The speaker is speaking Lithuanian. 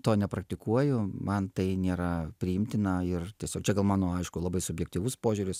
to nepraktikuoju man tai nėra priimtina ir tiesiog čia gal mano aišku labai subjektyvus požiūris